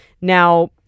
Now